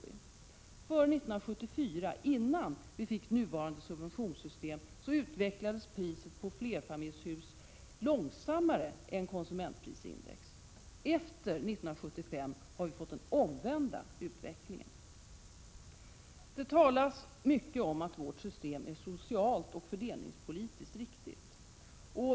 Före 1974, innan vi fick nuvarande subventionssystem, utvecklades priset på flerfamiljshus långsammare än konsumentprisindex. Efter 1975 har vi fått den omvända utvecklingen. Det talas mycket om att vårt system är socialt och fördelningspolitiskt riktigt.